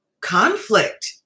conflict